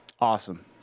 Awesome